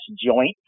joint